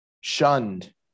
shunned